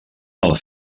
els